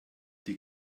die